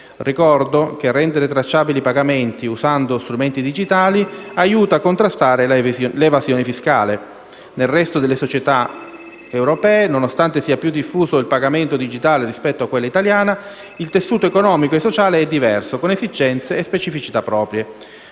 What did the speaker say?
Ricordo che rendere tracciabili i pagamenti usando strumenti digitali aiuta a contrastare l'evasione fiscale. Nel resto della società europea, nonostante sia più diffuso il pagamento digitale rispetto a quella italiana, il tessuto economico e sociale è diverso, con esigenze e specificità proprie.